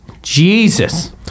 Jesus